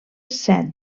set